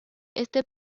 este